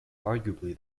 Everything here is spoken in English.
arguably